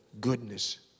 goodness